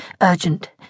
urgent